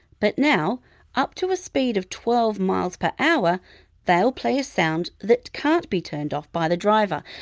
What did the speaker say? but now up to a speed of twelve miles per hour they'll play a sound that can't be turned off by the driver.